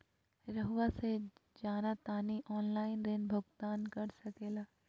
रहुआ से जाना तानी ऑनलाइन ऋण भुगतान कर सके ला?